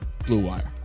BLUEWIRE